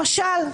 למשל,